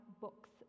books